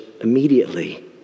immediately